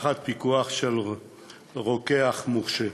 תחת פיקוח של רוקח מורשה.